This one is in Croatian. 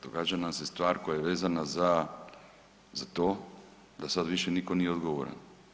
Događa nam se stvar koja je vezana za to da sada više nitko nije odgovoran.